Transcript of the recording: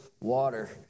water